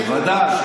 בוודאי.